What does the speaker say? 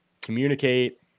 communicate